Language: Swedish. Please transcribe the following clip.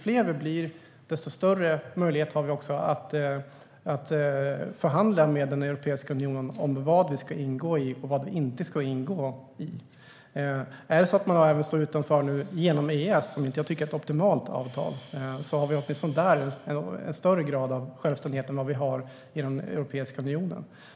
Ju fler vi blir, desto större möjligheter har vi att förhandla med Europeiska unionen om vad vi ska ingå i och vad vi inte ska ingå i. Om vi även står utanför EES, som jag inte tycker är ett optimalt avtal, har vi en högre grad av självständighet än vad vi har genom Europeiska unionen.